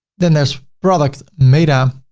then there's product meta,